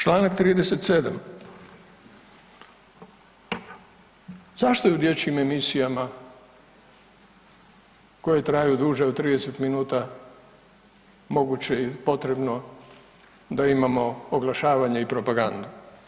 Čl. 37., zašto je u dječjim emisijama koje traju duže od 30 minuta moguće i potrebno da imamo oglašavanje i propagandu?